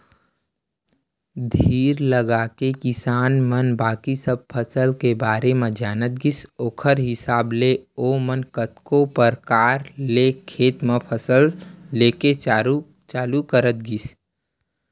धीर लगाके किसान मन बाकी सब फसल के बारे म जानत गिस ओखर हिसाब ले ओमन कतको परकार ले खेत म फसल लेके चालू करत गिस